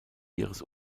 ihres